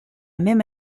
même